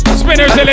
spinners